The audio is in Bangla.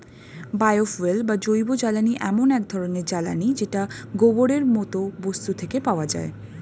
বায়ো ফুয়েল বা জৈবজ্বালানী এমন এক ধরণের জ্বালানী যেটা গোবরের মতো বস্তু থেকে পাওয়া যায়